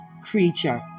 creature